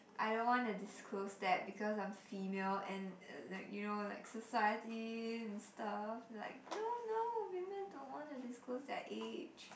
I don't want to disclose that because I'm female and like you know like society and stuff like no no women don't wanna disclose their age